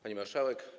Pani Marszałek!